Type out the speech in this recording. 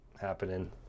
happening